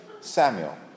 Samuel